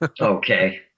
Okay